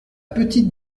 petite